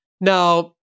Now